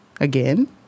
again